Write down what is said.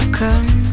come